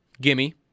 gimme